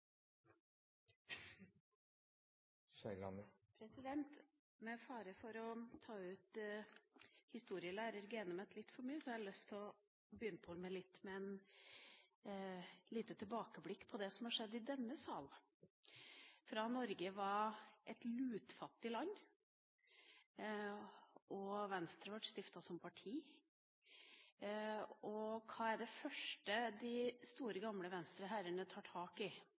Med fare for å ta ut historielærer-genet mitt litt for mye har jeg lyst å begynne med et lite tilbakeblikk på det som har skjedd i denne salen, fra da Norge var et lutfattig land og Venstre ble stiftet som parti. Hva er det første de store, gamle Venstre-herrene tar tak i